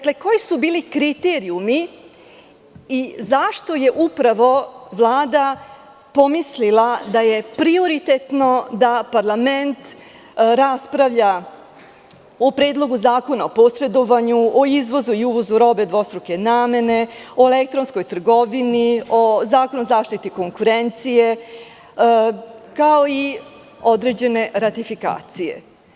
Koji su bili kriterijumi i zašto je upravo Vlada pomislila da je prioritetno da parlament raspravlja o Predlogu zakona o posedovanju, o uvozu i izvozu robe dvostruke namene, o elektronskoj trgovini, o Zakonu o zaštiti konkurencije, kao i određene ratifikacije?